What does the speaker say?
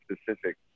specific